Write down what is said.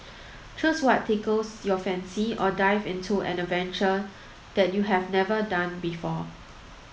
choose what tickles your fancy or dive into an adventure that you have never done before